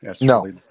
no